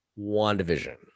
WandaVision